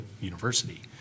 university